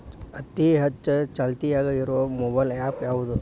ಅತಿ ಹೆಚ್ಚ ಚಾಲ್ತಿಯಾಗ ಇರು ಮೊಬೈಲ್ ಆ್ಯಪ್ ಯಾವುದು?